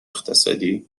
اقتصادی